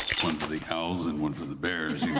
one for the owl's and one for the bear's.